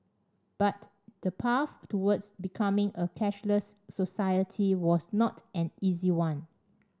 but the path towards becoming a cashless society was not an easy one